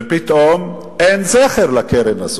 ופתאום אין זכר לקרן הזאת.